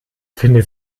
finde